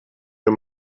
wir